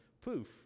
poof